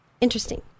Interesting